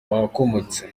wakomotse